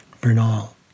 Bernal